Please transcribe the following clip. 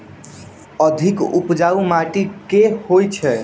अधिक उपजाउ माटि केँ होइ छै?